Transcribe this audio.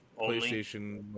PlayStation